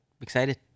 excited